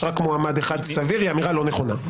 רק מועמד אחד סביר היא אמירה לא נכונה.